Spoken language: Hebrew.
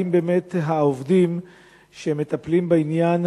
האם באמת העובדים שמטפלים בעניין,